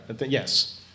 Yes